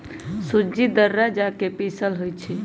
सूज़्ज़ी दर्रा जका पिसल होइ छइ